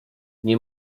nie